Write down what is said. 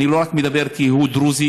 אני לא מדבר רק כי הוא דרוזי,